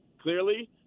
clearly